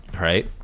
right